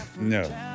No